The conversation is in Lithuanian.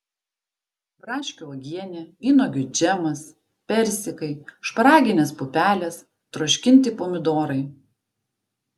braškių uogienė vynuogių džemas persikai šparaginės pupelės troškinti pomidorai